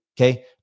Okay